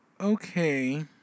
okay